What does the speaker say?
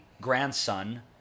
grandson